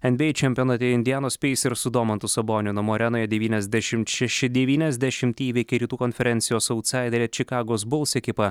nba čempionate indianos peisers su domantu saboniu namų arenoje devyniasdešimt šeši devyniasdešimt įveikė rytų konferencijos autsaiderę čikagos buls ekipą